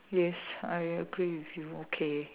yes I agree with you okay